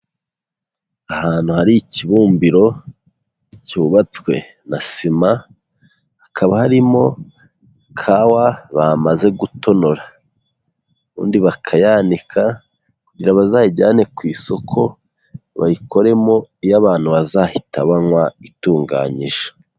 Ahantu hari ikibumbiro cyubatswe na sima, hakaba harimo kawa bamaze gutonora, ubundi bakayanika kugira ngo bazayijyane ku isoko bayikoremo iyo abantu bazahita banywa itunganyije.